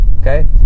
Okay